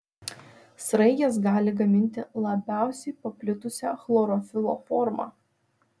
sraigės gali gaminti labiausiai paplitusią chlorofilo formą